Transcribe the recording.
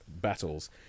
battles